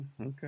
Okay